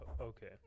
Okay